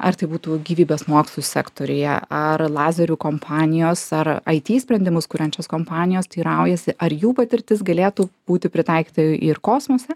ar tai būtų gyvybės mokslų sektoriuje ar lazerių kompanijos ar it sprendimus kuriančios kompanijos teiraujasi ar jų patirtis galėtų būti pritaikyta ir kosmose